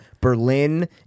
Berlin